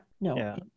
No